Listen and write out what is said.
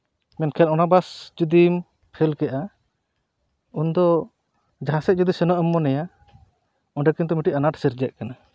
ᱢᱮᱱᱠᱷᱟᱱ ᱚᱱᱟ ᱵᱟᱥ ᱡᱩᱫᱤᱢ ᱯᱷᱮᱞ ᱠᱮᱜᱼᱫ ᱩᱱᱫᱚ ᱡᱟᱦᱟᱸ ᱥᱮᱫ ᱡᱩᱫᱤ ᱥᱮᱱᱚᱜ ᱮᱢ ᱢᱚᱱᱮᱭᱟ ᱚᱸᱰᱮ ᱠᱤᱱᱛᱩ ᱢᱤᱫᱴᱟᱱ ᱟᱱᱟᱴ ᱥᱤᱨᱡᱟᱹᱜ ᱠᱟᱱᱟ